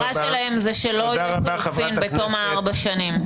המטרה שלהם שלא- -- בתום ארבע השנים.